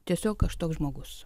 tiesiog aš toks žmogus